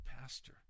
pastor